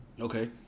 Okay